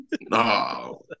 No